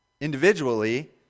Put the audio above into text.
individually